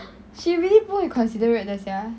she really 不会 considerate 的 sia